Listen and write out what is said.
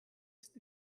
ist